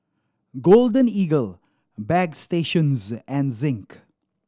Golden Eagle Bagstationz and Zinc